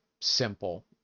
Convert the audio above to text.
simple